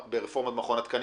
למה אתם